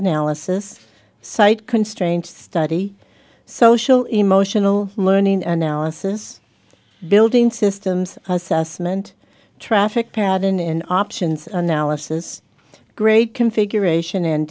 analysis site constraints study social emotional learning analysis building systems assessment traffic pattern and options analysis grade configuration and